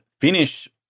finish